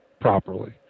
properly